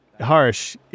Harsh